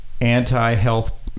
anti-health